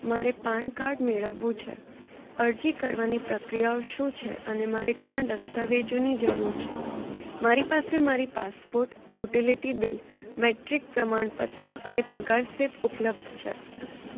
મારે PAN card મેળવવું છે અરજી કરવાની પ્રક્રિયાઓ શું છે અને મારે કયા દસ્તાવેજોની જરૂર છે મારી પાસે મારી પાસપોર્ટ યુટિલિટી બિલ મેટ્રિક પ્રમાણપત્ર અને પગાર સ્લિપ ઉપલબ્ધ છે